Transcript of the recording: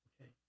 okay